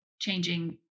changing